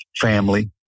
family